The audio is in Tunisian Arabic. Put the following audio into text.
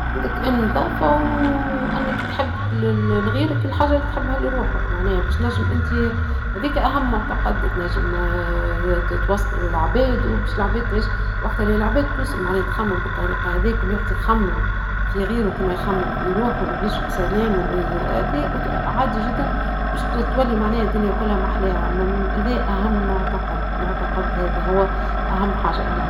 عندك النظافة وأنك تحب لغيرك الحاچة لي تحبها لروحك معناها باش تنچم أنت هاذيك أهم معتقد تنچم توصلو للعباد وباش العباد تعيش وقتها لي العباد توصل معناها تخمم بالطريقة هاذي كل واحد يخمم في غيرو كيما يخمم في روحو ويعيش بسلام هاذي عادي چدا باش تولي معناه الدنيا كلها ما أحلاها هذايا أهم معتقد-معتقد هذا هو أهم حاچة انا.